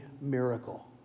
miracle